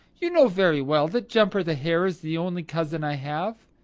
you know very well that jumper the hare is the only cousin i have.